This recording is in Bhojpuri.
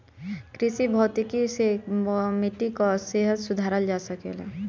कृषि भौतिकी से मिट्टी कअ सेहत सुधारल जा सकेला